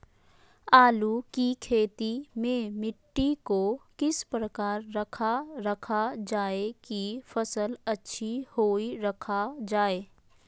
आलू की खेती में मिट्टी को किस प्रकार रखा रखा जाए की फसल अच्छी होई रखा जाए?